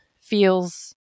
feels